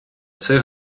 цих